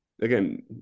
again